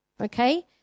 okay